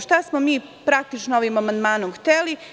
Šta smo praktično ovim amandmanom hteli?